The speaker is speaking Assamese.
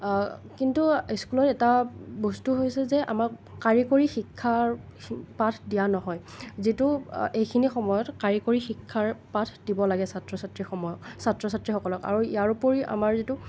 কিন্তু স্কুলত এটা বস্তু হৈছে যে আমাক কাৰিকৰী শিক্ষাৰ পাঠ দিয়া নহয় যিটো এইখিনি সময়ত কাৰিকৰী শিক্ষাৰ পাঠ দিব লাগে ছাত্ৰ ছাত্ৰীসমূহক ছাত্ৰ ছাত্ৰীসকলক আৰু ইয়াৰ উপৰিও আমাৰ যিটো